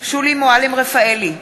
שולי מועלם-רפאלי,